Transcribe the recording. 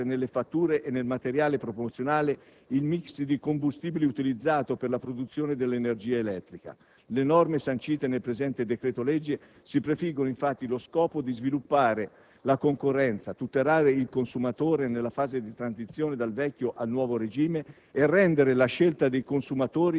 Il decreto obbliga le società di vendita a pubblicare nelle fatture e nel materiale promozionale il *mix* di combustibili utilizzato per la produzione dell'energia elettrica. Le norme sancite nel presente decreto-legge si prefiggono infatti lo scopo di sviluppare la concorrenza, tutelare il consumatore nella fase di transizione dal vecchio